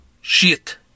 Shit